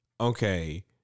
okay